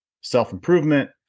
self-improvement